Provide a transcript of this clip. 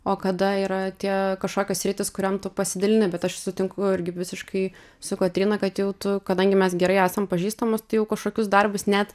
o kada yra tie kažkokios sritys kuriom tu pasidalini bet aš sutinku irgi visiškai su kotryna kad jau tu kadangi mes gerai esam pažįstamos tai jau kažkokius darbus net